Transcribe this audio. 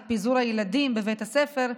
את פיזור הילדים בבתי הספר,